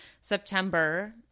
September